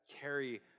carry